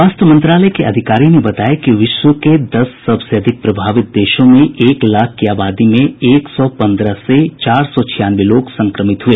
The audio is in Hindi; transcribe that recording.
स्वास्थ्य मंत्रालय के अधिकारी ने बताया कि विश्व के दस सबसे अधिक प्रभावित देशों में एक लाख की आबादी में एक सौ पन्द्रह से चार सौ छियानवे लोग संक्रमित हए